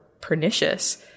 pernicious